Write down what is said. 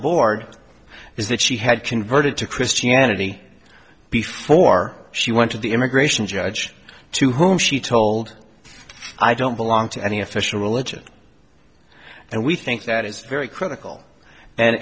board is that she had converted to christianity before she went to the immigration judge to whom she told i don't belong to any official religion and we think that is very critical and